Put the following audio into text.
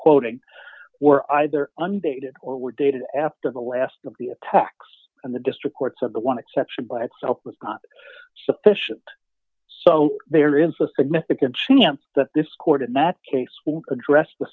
quoting were either undated or were dated after the last of the attacks and the district court said the one exception by itself was not sufficient so there is a significant chance that this court in that case will address the